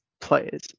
players